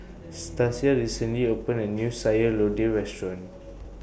Stasia recently opened A New Sayur Lodeh Restaurant